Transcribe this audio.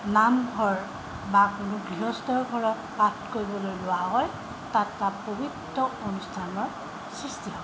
নামঘৰ বা কোনো গৃহস্থৰ ঘৰত পাঠ কৰিবলৈ লোৱা হয় তাত তাৰ পৱিত্ৰ অনুষ্ঠানৰ সৃষ্টি হয়